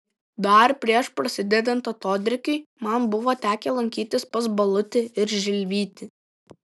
dar prieš prasidedant atodrėkiui man buvo tekę lankytis pas balutį ir žilvitį